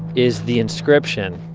is the inscription.